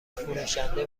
فروشنده